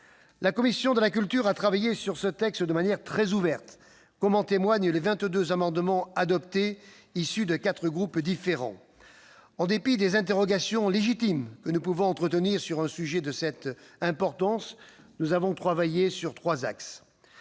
La commission de la culture a travaillé sur ce texte de manière très ouverte, comme en témoignent les 22 amendements adoptés, issus de quatre groupes différents. En dépit des interrogations légitimes que nous pouvons entretenir sur un sujet de cette importance, nous avons travaillé selon trois axes.